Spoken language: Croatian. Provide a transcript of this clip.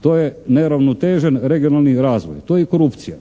to je neuravnotežen regionalni razvoj, to je i korupcija,